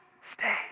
Stay